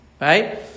Right